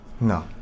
No